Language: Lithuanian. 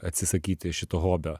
atsisakyti šito hobio